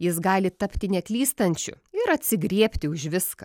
jis gali tapti neklystančiu ir atsigriebti už viską